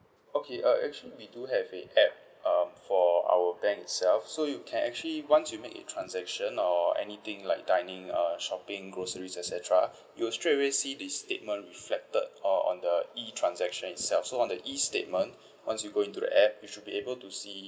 okay uh actually we do have a app um for our bank itself so you can actually once you make a transaction or anything like dining uh shopping groceries et cetera you'll straightaway see this statement reflected oh on the E transaction itself so on the E statement once you go into the app you should be able to see